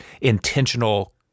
intentional